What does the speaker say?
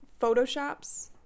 photoshops